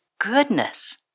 goodness